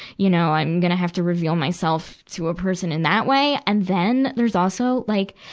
you know, i'm gonna have to reveal myself to a person in that way. and then, there's also, like,